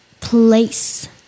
place